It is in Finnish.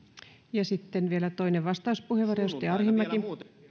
ja sitten vielä toinen vastauspuheenvuoro edustaja arhinmäki